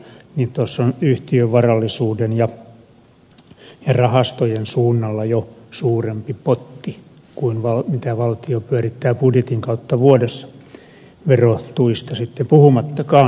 nyt tuossa on yhtiövarallisuuden ja rahastojen suunnalla jo suurempi potti kuin mitä valtio pyörittää budjetin kautta vuodessa verotuista sitten puhumattakaan